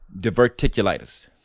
Diverticulitis